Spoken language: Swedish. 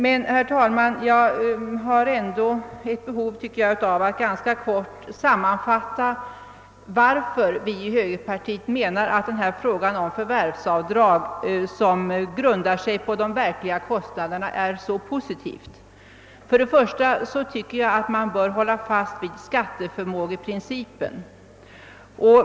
Men, herr talman, jag har ändå ett behov, tycker jag, av att ganska kort sammanfatta varför vi inom högerpartiet menar att förslaget om förvärvsavdrag som grundar sig på de verkliga kostnaderna är så positivt. För det första tycker jag att man bör hålla fast vid skatteförmågeprincipen.